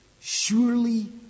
surely